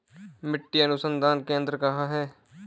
मिट्टी अनुसंधान केंद्र कहाँ है?